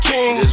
King